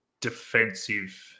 defensive